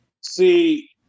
See